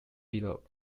below